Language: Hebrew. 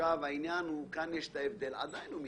כאן יש את ההבדל ועדיין הוא מתקיים.